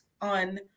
on